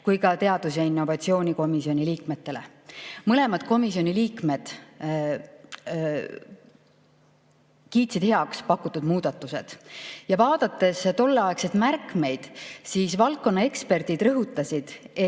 kui ka teadus- ja innovatsioonikomisjoni liikmetele. Mõlema komisjoni liikmed kiitsid pakutud muudatused heaks. Ja vaadates tolleaegseid märkmeid, [on näha, et] valdkonna eksperdid rõhutasid